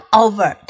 over